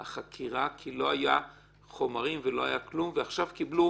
החקירה כי לא היו חומרים ולא היה כלום ועכשיו קיבלו